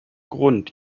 grund